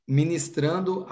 ministrando